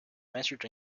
measured